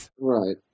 Right